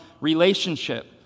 relationship